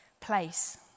place